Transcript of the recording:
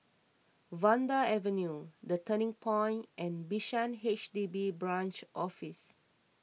Vanda Avenue the Turning Point and Bishan H D B Branch Office